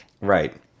Right